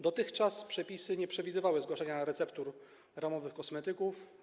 Dotychczas przepisy nie przewidywały zgłaszania receptur ramowych kosmetyków.